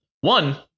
One